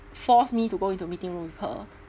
forced me to go into meeting room with her